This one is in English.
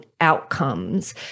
outcomes